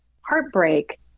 heartbreak